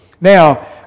Now